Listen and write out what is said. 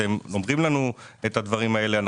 אתם נותנים לנו את הדברים האלה,